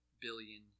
billion